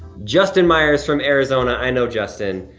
justin meyers from arizona, i know justin.